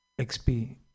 XP